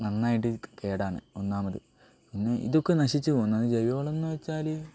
നന്നായിട്ട് കേടാണ് ഒന്നാമത് പിന്നെ ഇതൊക്കെ നശിച്ചു പോകുന്നു അത് ജൈവവളം എന്നു വെച്ചാൽ